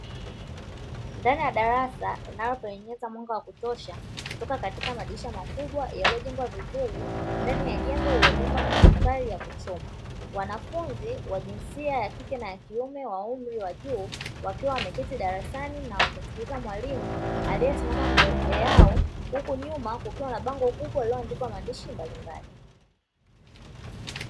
Ndani ya darasa linaloingiza mwanga wa kutosha kutoka katika madirisha makubwa yaliyojengwa vizuri ndani ya jengo lililojengwa na matofali ya kuchoma. wanafunzi wa jinsia ya kike na kiume wa umri wa juu wakiwa wameketi darasani na wakimsikiliza mwalimu aliyesimama mbele yao huku nyuma ukiwa na bango kubwa lililoandikwa maandishi mbalimbali.